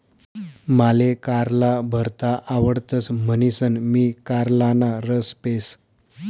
माले कारला भरता आवडतस म्हणीसन मी कारलाना रस पेस